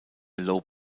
low